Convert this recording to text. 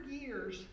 years